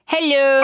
Hello